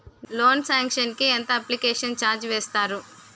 Loan sanction కి ఎంత application charge వేస్తారు?